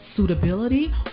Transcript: Suitability